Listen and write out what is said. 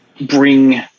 bring